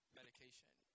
medication